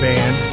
Band